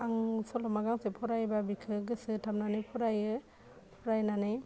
आं सल'मा गांसे फरायोबा बिखौ गोसो होथाबनानै फरायो फरायनानै